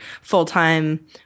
full-time